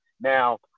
Now